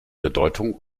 bedeutung